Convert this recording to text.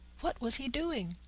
what was he doing?